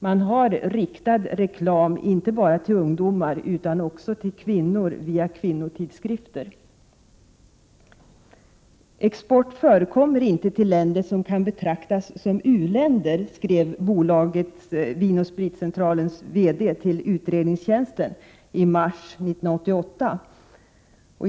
Man har riktad reklam inte bara till ungdomar utan också till kvinnor via kvinnotidskrifter. ”Export förekommer inte till länder som kan betraktas som u-länder”, skrev Vin & Spritcentralens VD till utredningstjänsten i mars 1988.